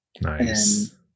Nice